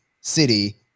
City